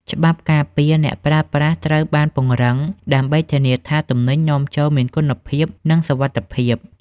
ច្បាប់ការពារអ្នកប្រើប្រាស់ត្រូវបានពង្រឹង ដើម្បីធានាថាទំនិញនាំចូលមានគុណភាព និងសុវត្ថិភាព។